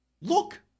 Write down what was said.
Look